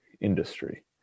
industry